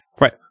Right